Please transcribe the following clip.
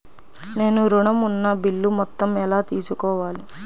నేను ఋణం ఉన్న బిల్లు మొత్తం ఎలా తెలుసుకోవాలి?